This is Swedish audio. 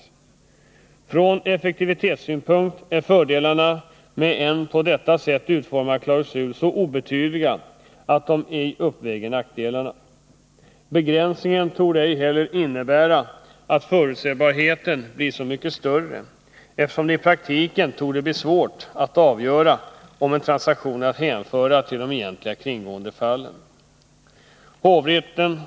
Från effektivitetssynpunkt är fördelarna med en på detta sätt utformad klausul så obetydliga att de ej uppväger nackdelarna. Begränsningen torde ej heller innebära att förutsebarheten blir så mycket större, eftersom det i praktiken torde bli svårt att avgöra om en transaktion är att hänföra till de egentliga kringgåendefallen.